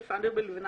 בישראל.